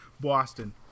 Boston